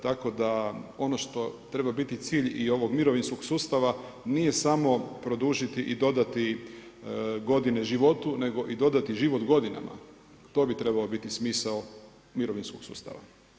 Tako da ono što treba biti cilj i ovog mirovinskog sustava nije samo produžiti i dodati godine životu, nego i život godinama, to bi trebao biti smisao mirovinskog sustava.